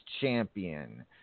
champion